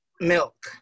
milk